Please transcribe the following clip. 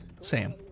Sam